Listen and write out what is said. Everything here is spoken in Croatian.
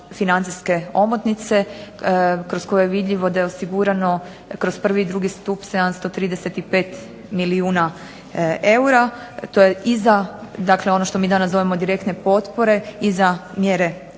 financijske omotnice kroz koju je vidljivo da je osigurano kroz prvi i drugi stup 735 milijuna eura. To je i za, dakle ono što mi danas zovemo direktne potpore i za mjere ruralnog